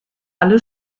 alle